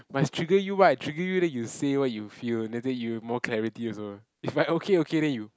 must trigger you right trigger you then you say what you feel then later you have more clarity also if I okay okay then you